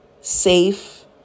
safe